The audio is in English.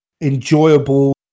enjoyable